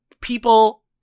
people